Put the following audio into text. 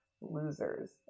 losers